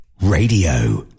Radio